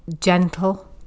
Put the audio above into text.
gentle